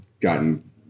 gotten